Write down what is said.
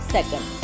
Second